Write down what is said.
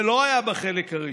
זה לא היה בחלק הראשוני.